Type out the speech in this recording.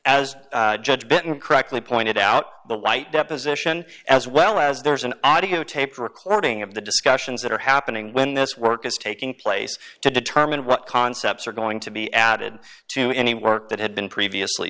and as judge burton correctly pointed out the light deposition as well as there's an audio tape recording of the discussions that are happening when this work is taking place to determine what concepts are going to be added to any work that had been previously